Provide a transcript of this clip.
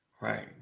Right